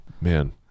Man